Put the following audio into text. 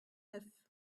neuf